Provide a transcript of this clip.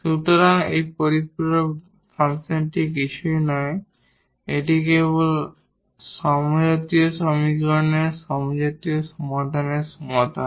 সুতরাং এই পরিপূরক ফাংশনটি কিছুই নয় এটি কেবল হোমোজিনিয়াস সমীকরণের হোমোজিনিয়াস সমাধানের সমাধান